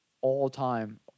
all-time